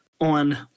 on